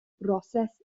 broses